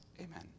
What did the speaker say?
Amen